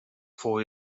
for